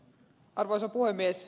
arvoisa puhemies